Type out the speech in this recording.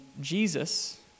Jesus